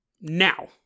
now